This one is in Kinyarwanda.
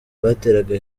bateraga